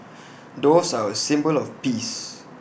doves are A symbol of peace